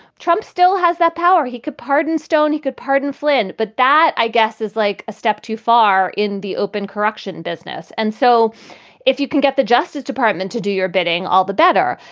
trump still has that power. he could pardon stone, he could pardon flynn. but that, i guess, is like a step too far in the open correction business. and so if you can get the justice department to do your bidding, all the better.